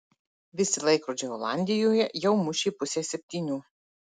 visi laikrodžiai olandijoje jau mušė pusę septynių